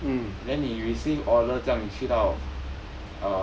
then 你 receive order 叫你去到